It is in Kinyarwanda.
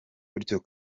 gutyo